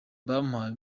bampaye